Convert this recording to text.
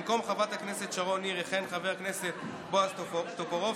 במקום חברת הכנסת שרון ניר יכהן חבר הכנסת בועז טופורובסקי,